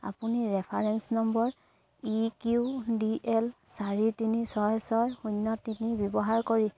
আপুনি reference number E Q D L চাৰি তিনি ছয় ছয় শূন্য তিনি ব্যৱহাৰ কৰি